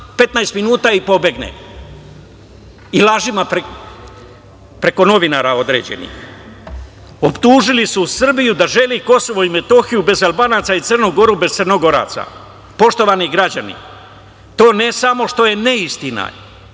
15 minuta i pobegne, i lažima, preko novinara određenih. Optužili su Srbiju da želi Kosovo i Metohiju bez Albanaca i Crnu Goru bez Crnogoraca. Poštovani građani, to ne samo što je ne istina